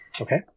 Okay